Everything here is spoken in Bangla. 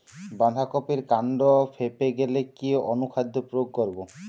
বাঁধা কপির কান্ড ফেঁপে গেলে কি অনুখাদ্য প্রয়োগ করব?